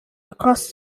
across